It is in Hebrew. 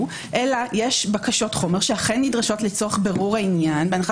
אלא יש בקשות חומר שאכן נדרשות לצורך בירור העניין בהנחה